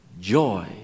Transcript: joy